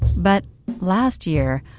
but last year,